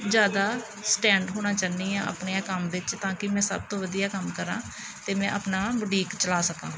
ਜ਼ਿਆਦਾ ਸਟੈਂਡ ਹੋਣਾ ਚਾਹੁੰਦੀ ਹਾਂ ਆਪਣੇ ਆਹ ਕੰਮ ਵਿੱਚ ਤਾਂ ਕਿ ਮੈਂ ਸਭ ਤੋਂ ਵਧੀਆ ਕੰਮ ਕਰਾਂ ਅਤੇ ਮੈਂ ਆਪਣਾ ਬੁਟੀਕ ਚਲਾ ਸਕਾਂ